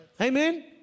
Amen